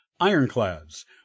ironclads